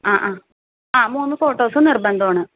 ആ ആ ആ മൂന്ന് ഫോട്ടോസും നിർബന്ധമാണ്